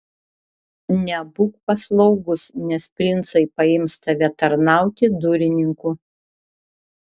nebūk paslaugus nes princai paims tave tarnauti durininku